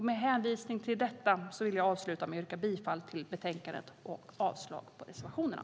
Med hänvisning till detta vill jag avsluta med att yrka bifall till utskottets förslag och avslag på reservationerna.